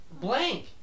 Blank